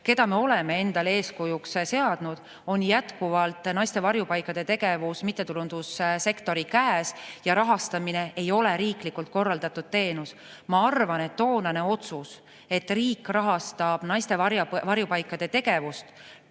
keda me oleme endale eeskujuks seadnud, on naiste varjupaikade tegevus jätkuvalt mittetulundussektori käes ja rahastamine ei ole riiklikult korraldatud. Ma arvan, et toonane otsus, et just riik rahastab naiste varjupaikade tegevust,